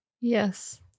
Yes